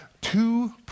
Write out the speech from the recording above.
two